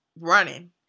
running